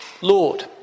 Lord